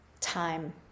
time